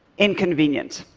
inconvenient,